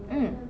mm